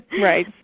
Right